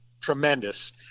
tremendous